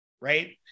right